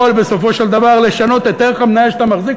בסופו של דבר לשנות את ערך המניה שאתה מחזיק.